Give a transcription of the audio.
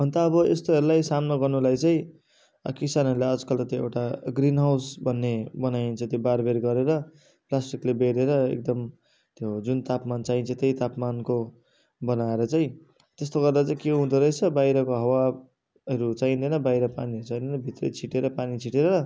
अन्त अब यस्तोहरूलाई सामना गर्नुलाई चाहिँ किसानहरूले आज कल त त्यो एउटा ग्रिन हाउस भन्ने बनाइन्छ त्यो बारबेर गरेर प्लास्टिकले बेरेर एकदम त्यो जुन तापमान चाहिन्छ त्यही तापमानको बनाएर चाहिँ त्यस्तो गर्दा चाहिँ के हुँदो रहेछ बाहिरको हावाहरू चाहिँदैन बाहिर पानीहरू चाहिँदैन भित्र छिटेर पानी छिटेर